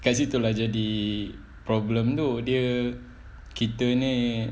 kat situ lah jadi problem tu dia kita ni